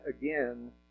again